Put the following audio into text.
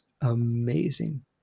amazing